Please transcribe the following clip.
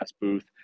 booth